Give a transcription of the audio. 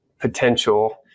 potential